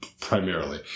primarily